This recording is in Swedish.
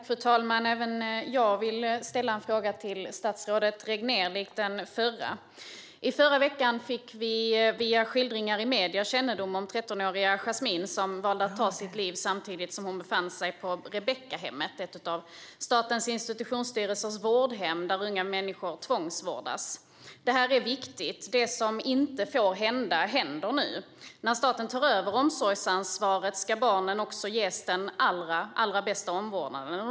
Fru talman! Även jag vill ställa en fråga till statsrådet Regnér. Förra veckan fick vi via skildringar i medier kännedom om 13-åriga Jasmine, som valde att ta sitt liv samtidigt som hon befann sig på Rebeckahemmet, ett av Statens institutionsstyrelses vårdhem, där unga människor tvångsvårdas. Det här är viktigt. Det som inte får hända händer nu. När staten tar över omsorgsansvaret ska barnen också ges den allra bästa omvårdnaden.